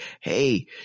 Hey